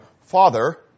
father